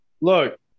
look